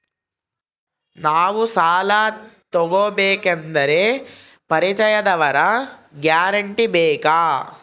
ನಾವು ಸಾಲ ತೋಗಬೇಕು ಅಂದರೆ ಪರಿಚಯದವರ ಗ್ಯಾರಂಟಿ ಬೇಕಾ?